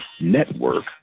network